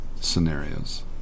scenarios